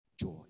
joy